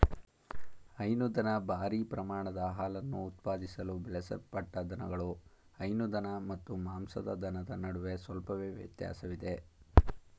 ಹೈನುದನ ಭಾರೀ ಪ್ರಮಾಣದ ಹಾಲನ್ನು ಉತ್ಪಾದಿಸಲು ಬೆಳೆಸಲ್ಪಟ್ಟ ದನಗಳು ಹೈನು ದನ ಮತ್ತು ಮಾಂಸದ ದನದ ನಡುವೆ ಸ್ವಲ್ಪವೇ ವ್ಯತ್ಯಾಸವಿದೆ